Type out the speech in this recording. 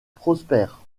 prospère